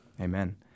Amen